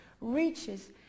reaches